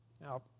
Now